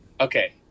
Okay